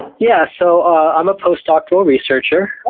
yeah so um i'm a post-doctoral researcher,